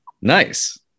Nice